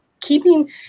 keeping